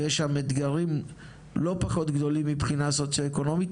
ויש שם אתגרים לא פחות גדולים מבחינה סוציו-אקונומית,